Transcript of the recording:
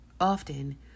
Often